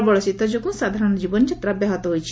ପ୍ରବଳ ଶୀତ ଯୋଗୁଁ ସାଧାରଣ ଜୀବନ ଯାତା ବ୍ୟାହତ ହୋଇଛି